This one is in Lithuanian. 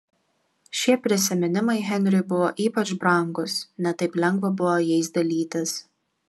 šie prisiminimai henriui buvo ypač brangūs ne taip lengva buvo jais dalytis